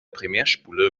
primärspule